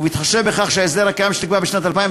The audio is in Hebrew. ובהתחשב בכך שההסדר הקיים שנקבע בשנת 2010